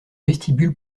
vestibule